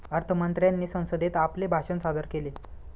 अर्थ मंत्र्यांनी संसदेत आपले भाषण सादर केले